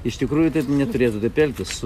iš tikrųjų taip neturėtų taip elgtis